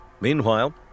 Meanwhile